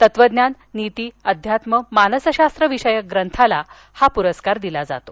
तत्त्वज्ञान नीती अध्यात्म मानसशास्त्रविषयक ग्रंथाला हा पुरस्कार दिला जातो